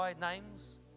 names